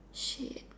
shit